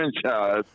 franchise